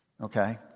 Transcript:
okay